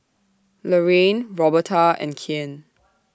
Lorraine Roberta and Kyan